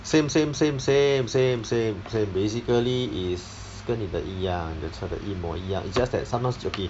same same same same same same same basically is 跟你的一样你的车一摸一样 it's just that sometimes okay